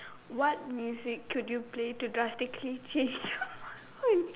what music could you play to drastically change what